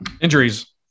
Injuries